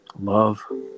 love